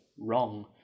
wrong